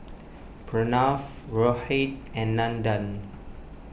Pranav Rohit and Nandan